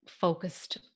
focused